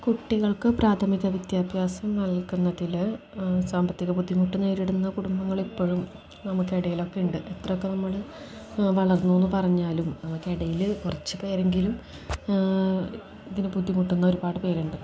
കുട്ടികൾക്ക് പ്രാഥമിക വിദ്യാഭ്യാസം നൽകുന്നത്തിൽ സാമ്പത്തിക ബുദ്ധിമുട്ട് നേരിടുന്ന കുടുംബങ്ങളിപ്പോഴും നമുക്കിടയിലൊക്കെ ഉണ്ട് എത്രയൊക്കെ നമ്മൾ വളർന്നുവെന്നു പറഞ്ഞാലും നമുക്കിടയിൽ കുറച്ച് പേരെങ്കിലും ഇതിന് ബുദ്ധിമുട്ടുന്ന ഒരുപാട് പേരുണ്ട്